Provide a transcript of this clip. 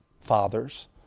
fathers